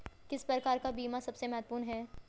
किस प्रकार का बीमा सबसे महत्वपूर्ण है?